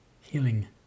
healing